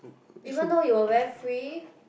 even though you were very free